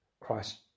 Christ